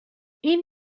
این